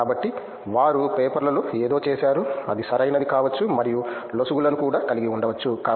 కాబట్టి వారు పేపర్లలో ఏదో చేసారు అది సరైనది కావచ్చు మరియు లొసుగులను కూడా కలిగి ఉండవచ్చు